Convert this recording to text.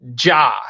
Ja